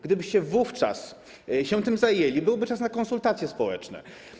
Gdybyście wówczas się tym zajęli, byłby czas na konsultacje społeczne.